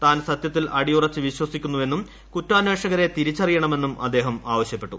താൻ സത്യത്തിൽ അടിയുറച്ച് വിശ്വസിക്കുന്നുവെന്നും കുറ്റാന്വേഷകരെ തിരിച്ചറിയണമെന്നും അദ്ദേഹം ആവശ്യപ്പെട്ടു